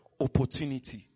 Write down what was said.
opportunity